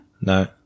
No